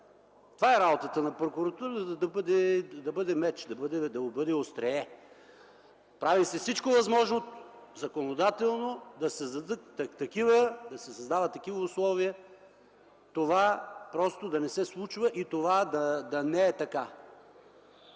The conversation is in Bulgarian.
Това е работата на прокуратурата – да бъде меч, да бъде острие. Прави се всичко възможно законодателно да се създават такива условия това просто да не се случва и това да не е така.